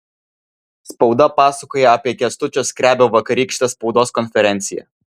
spauda pasakoja apie kęstučio skrebio vakarykštę spaudos konferenciją